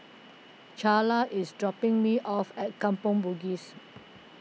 Charla is dropping me off at Kampong Bugis